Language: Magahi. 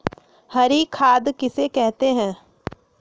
हरी खाद किसे कहते हैं?